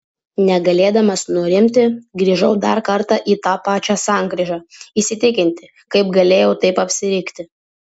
negalėdamas nurimti grįžau dar kartą į tą pačią sankryžą įsitikinti kaip galėjau taip apsirikti